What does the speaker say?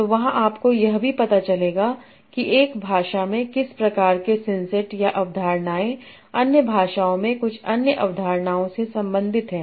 तो वहां आपको यह भी पता चलेगा कि एक भाषा में किस प्रकार के सिसेट या अवधारणाएं अन्य भाषाओं में कुछ अन्य अवधारणाओं से संबंधित हैं